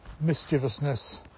mischievousness